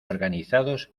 organizados